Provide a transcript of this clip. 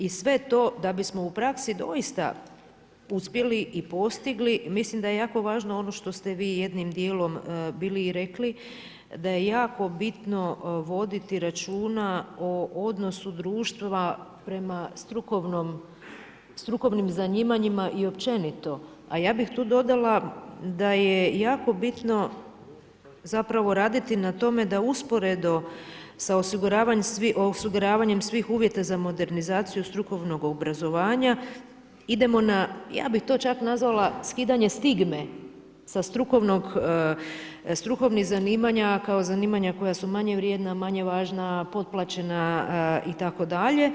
I sve to da bismo u praksi doista uspjeli i postigli mislim da je jako važno ono što ste vi jednim dijelom bili i rekli, da je jako bitno voditi računa o odnosu društva prema strukovnim zanimanjima i općenito, a ja bih tu dodala da je jako bitno zapravo raditi na tome da usporedo sa osiguravanjem svih uvjeta za modernizaciju strukovnog obrazovanja idemo na ja bih to čak nazvala skidanje stigme sa strukovnih zanimanja kao zanimanja koja su manje vrijedna, manje važna, potplaćena itd.